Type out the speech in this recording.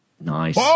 Nice